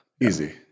easy